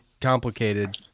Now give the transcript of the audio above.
complicated